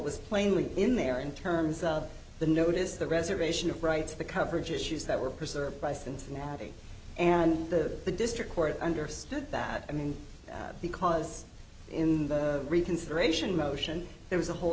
was plainly in there in terms of the notice the reservation of rights the coverage issues that were preserved by cincinnati and the the district court understood that i mean because in the reconsideration motion there was a whole